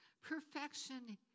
Perfection